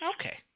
Okay